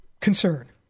concern